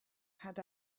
had